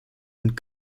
und